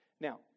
Now